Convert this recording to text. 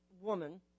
woman